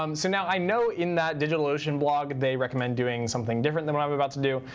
um so now, i know in that digital ocean blog, they recommend doing something different than what i'm about to do.